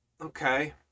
okay